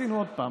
עשינו עוד פעם.